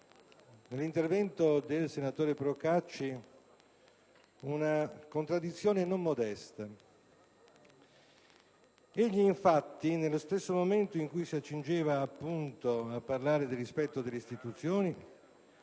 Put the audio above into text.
sentito nel suo intervento una contraddizione non modesta. Egli, infatti, nello stesso momento in cui si accingeva a parlare del rispetto delle istituzioni,